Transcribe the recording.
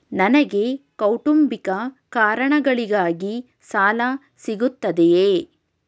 ನನಗೆ ಕೌಟುಂಬಿಕ ಕಾರಣಗಳಿಗಾಗಿ ಸಾಲ ಸಿಗುತ್ತದೆಯೇ?